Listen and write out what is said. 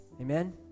Amen